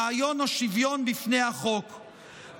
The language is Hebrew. רעיון השוויון בפני החוק,